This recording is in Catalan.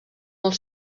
molt